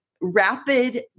rapid